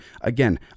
Again